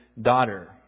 daughter